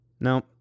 Now